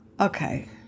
okay